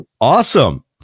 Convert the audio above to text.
Awesome